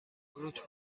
روت